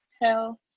hell